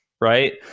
right